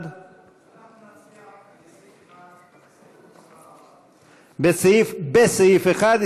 1. בסעיף 1,